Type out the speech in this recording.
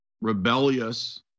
rebellious